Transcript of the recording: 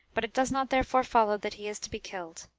but it does not therefore follow that he is to be killed.